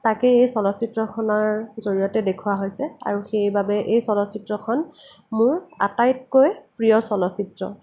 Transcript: তাকেই এই চলচিত্ৰখনৰ জৰিয়তে দেখুওৱা হৈছে আৰু সেইবাবেই এই চলচিত্ৰখন মোৰ আটাইতকৈ প্ৰিয় চলচিত্ৰ